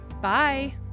Bye